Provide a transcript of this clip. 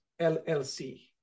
LLC